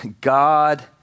God